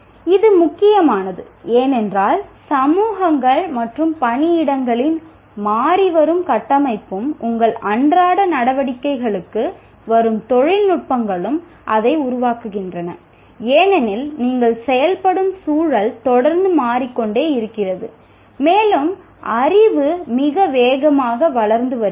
இது முக்கியமானது ஏனென்றால் சமூகங்கள் மற்றும் பணியிடங்களின் மாறிவரும் கட்டமைப்பும் உங்கள் அன்றாட நடவடிக்கைகளுக்கு வரும் தொழில்நுட்பங்களும் அதை உருவாக்குகின்றன ஏனெனில் நீங்கள் செயல்படும் சூழல் தொடர்ந்து மாறிக்கொண்டே இருக்கிறது மேலும் அறிவு மிக வேகமாக வளர்ந்து வருகிறது